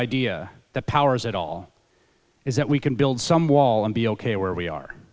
idea that powers it all is that we can build some wall and be ok where we are